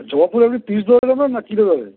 জবা ফুল এমনি পিস নেবেন নাকি কী নেবেন